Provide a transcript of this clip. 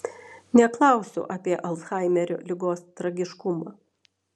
neklausiu apie alzhaimerio ligos tragiškumą